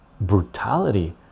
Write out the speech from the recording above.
brutality